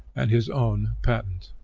and his own, patent.